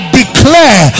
declare